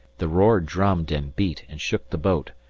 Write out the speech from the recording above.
the roar drummed and beat and shook the boat,